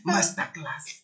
Masterclass